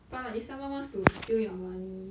but like if someone wants to steal your money